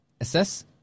Assess